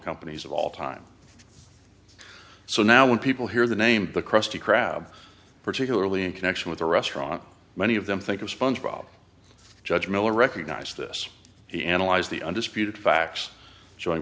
companies of all time so now when people hear the name the krusty krab particularly in connection with a restaurant many of them think of sponge bob judge miller recognized this he analyzed the undisputed facts joined